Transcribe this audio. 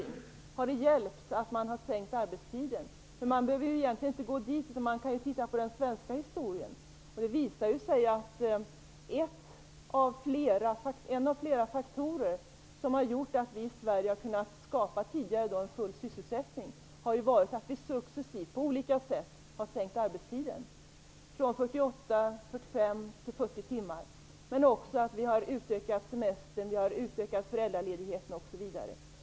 Har det hjälpt att man har sänkt arbetstiden? Men man behöver egentligen inte gå dit, man kan titta på den svenska historien. Det visar sig ju att en av flera faktorer som har gjort att vi i Sverige tidigare har kunnat skapa full sysselsättning är att vi successivt, på olika sätt, har sänkt arbetstiden från 48 till 45 till 40 timmar, men också att vi har utökat semestern, utökat föräldraledigheten osv.